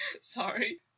Sorry